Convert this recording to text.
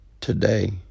today